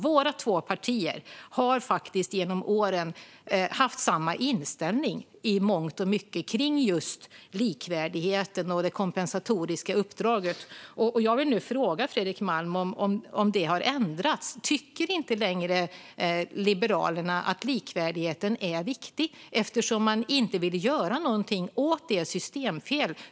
Våra två partier har genom åren haft samma inställning i mångt och mycket när det gäller just likvärdigheten och det kompensatoriska uppdraget. Jag vill nu fråga Fredrik Malm om det har ändrats. Tycker inte längre Liberalerna att likvärdigheten är viktig, eftersom man inte vill göra något åt systemfelet?